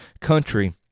country